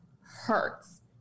hurts